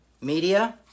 Media